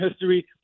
history